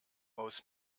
aus